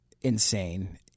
insane